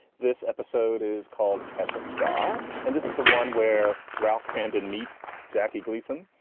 this episode is called catch a star. and this is the one where ralph cramton meets jackie gleason.